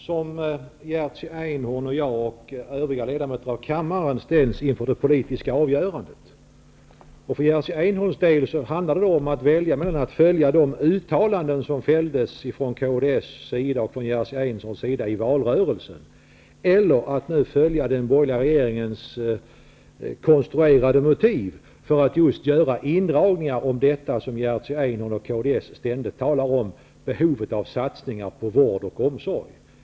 Herr talman! Det är ju nu som Jerzy Einhorn, jag och övriga ledamöter av kammaren ställs inför det politiska avgörandet. För Jerzy Einhorns del handlar det om att välja mellan att följa de uttalanden som fälldes av kds och Jerzy Einhorn i valrörelsen eller att följa den borgerliga regeringens konstruerade rutin för indragningar av just det som Jerzy Einhorn och kds ständigt talar om behovet av, dvs. satsningar på vård och omsorg.